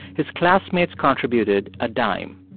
his classmates contributed a dime.